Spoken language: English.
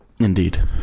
Indeed